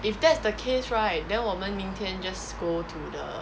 if that's the case right then 我们明天 just go to the